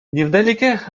невдалеке